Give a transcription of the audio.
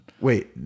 Wait